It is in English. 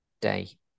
day